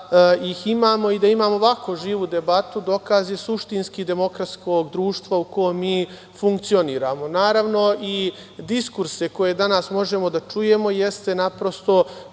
ih imamo i da imamo ovako živu debatu, dokaz je suštinski demokratskog društva u kome mi funkcionišemo. Naravno, i diskursi koje danas možemo da čujemo jesu naprosto